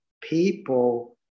people